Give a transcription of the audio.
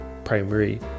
primary